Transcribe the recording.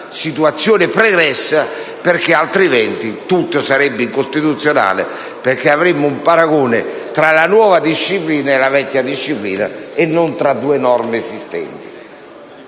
situazione pregressa; altrimenti tutto sarebbe incostituzionale, perché avremmo un paragone tra la nuova e la vecchia disciplina e non tra due norme esistenti.